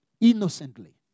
innocently